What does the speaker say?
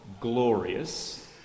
glorious